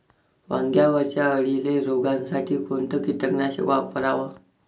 वांग्यावरच्या अळीले रोकासाठी कोनतं कीटकनाशक वापराव?